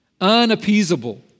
unappeasable